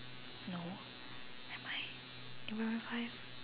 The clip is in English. no am I in primary five